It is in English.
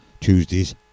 Tuesdays